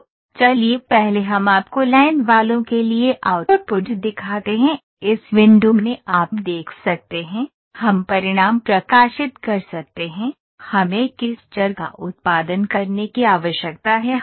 तो चलिए पहले हम आपको लाइन वालों के लिए आउटपुट दिखाते हैं इस विंडो में आप देख सकते हैं हम परिणाम प्रकाशित कर सकते हैं हमें किस चर का उत्पादन करने की आवश्यकता है